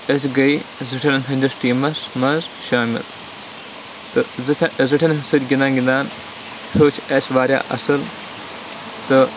أسۍ گٔے زِٹھٮ۪ن ہِنٛدِس ٹیٖمَس منٛز شٲمِل تہٕ زِٹھٮ۪ن زِٹھٮ۪ن سۭتۍ گِنٛدان گِنٛدان ہیوٚچھ اَسہِ واریاہ اَصٕل تہ